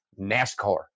NASCAR